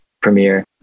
premiere